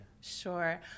Sure